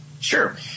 Sure